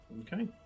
Okay